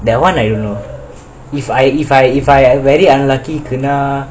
that one I don't know if I if I if I very unlucky kena